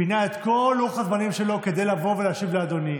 פינה את כל לוח הזמנים שלו כדי לבוא ולהשיב לאדוני.